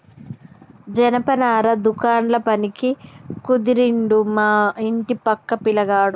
జనపనార దుకాండ్ల పనికి కుదిరిండు మా ఇంటి పక్క పిలగాడు